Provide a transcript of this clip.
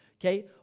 Okay